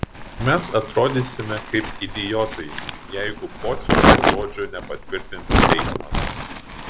mes atrodysime kaip idiotai jeigu pociaus žodžių nepatvirtins teismas